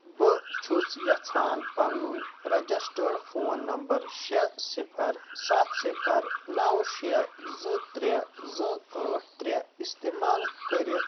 بہٕ چھُس یَژھان پَنُن رَجسٹرڈ فون نَمبَر شےٚ صِفَر سَتھ صِفَر نَو شےٚ زٕ ترٛےٚ زٕ ٲٹھ ترٛےٚ اِستعمال کٔرِتھ